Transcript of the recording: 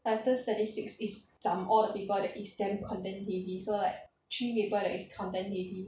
like the statistics is zhum all the paper that is damn content heavy so like three paper that is content heavy